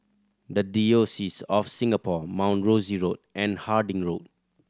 The Diocese of Singapore Mount Rosie Road and Harding Road